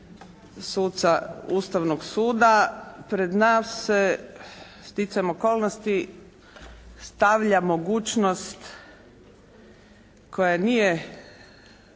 suca Ustavnog suda pred nas se sticajem okolnosti stavlja mogućnost koja nije